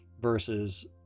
versus